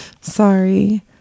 sorry